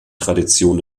tradition